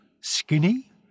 Skinny